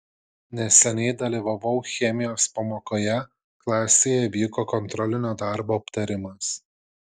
neseniai dalyvavau chemijos pamokoje klasėje vyko kontrolinio darbo aptarimas